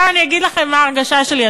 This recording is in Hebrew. עכשיו אני אגיד לכם מה ההרגשה שלי,